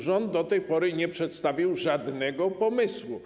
Rząd do tej pory nie przedstawił żadnego pomysłu.